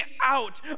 out